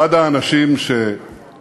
אחד האנשים שאני